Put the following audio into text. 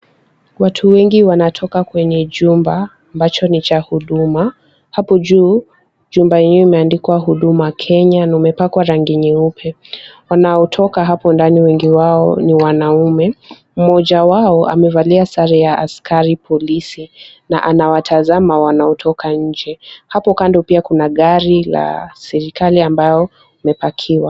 Watu wengi wanatoka kwenye jumba ambacho ni ya huduma, hapo juu jumba hilo limeandikwa Huduma Kenya na imepakwa rangi nyeupe . Wanao toka hapo ndani wengi wao ni wanaume, mmoja wao amevalia sare ya askari polisi na anawatazama wanaotoka nje. Hapo kando pia kuna gari la serikali ambayo imepakiwa.